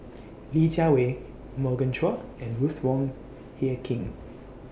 Li Jiawei Morgan Chua and Ruth Wong Hie King